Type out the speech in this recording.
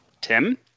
Tim